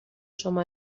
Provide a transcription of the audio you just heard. شما